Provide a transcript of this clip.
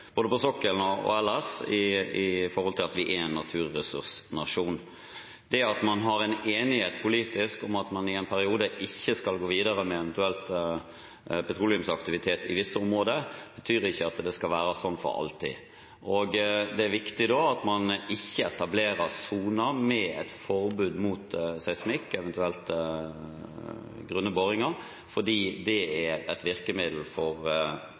både på sokkelen og ellers, fordi vi er en naturressursnasjon. At man har enighet politisk om at man i en periode ikke skal gå videre med eventuell petroleumsaktivitet i visse områder, betyr ikke at det skal være sånn for alltid. Det er viktig at man ikke etablerer soner med forbud mot seismikk, eventuelt grunne boringer, fordi det er et virkemiddel for